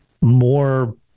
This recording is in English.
more